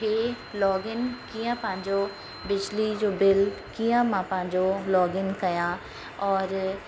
हे login कीअं पंहिंजो बिजली जो बिल कीअं मां पंहिंजो लॉगिन कया और